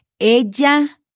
Ella